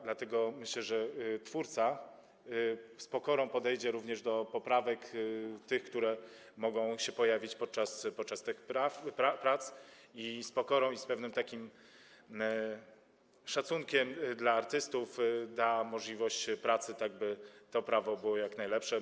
Dlatego myślę, że twórca z pokorą podejdzie również do poprawek, które mogą się pojawić podczas tych prac, oraz z pokorą i z pewnym szacunkiem dla artystów da możliwość pracy, tak aby to prawo było jak najlepsze.